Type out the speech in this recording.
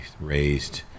raised